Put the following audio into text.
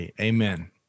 Amen